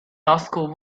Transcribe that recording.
roscoe